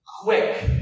Quick